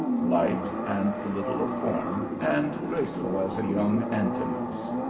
light and little of form, and graceful as a young antinous.